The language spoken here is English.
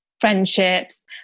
friendships